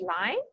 line